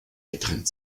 getrennt